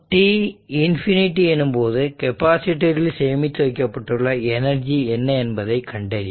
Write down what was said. t infinity எனும்போது கெபாசிட்டரில் சேமித்து வைக்கப்பட்டுள்ள எனர்ஜி என்ன என்பதை கண்டறியவும்